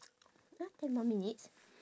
!huh! ten more minutes